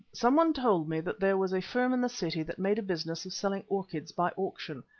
someone told me that there was a firm in the city that made a business of selling orchids by auction,